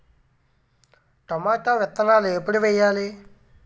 Tomato విత్తనాలు ఎప్పుడు వెయ్యాలి?